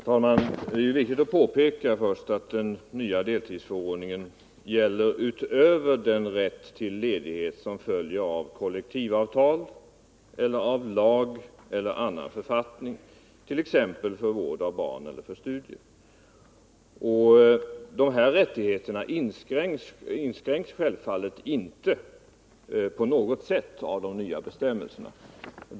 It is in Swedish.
Herr talman! Det är viktigt att först påpeka att den nya deltidsförordningen gäller utöver den rätt till ledighet som följer av kollektivavtal eller av lag eller annan författning, t.ex. för vård av barn eller för studier. De rättigheterna inskränks självfallet inte på något sätt av de nya bestämmelserna.